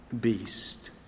beast